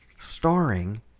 starring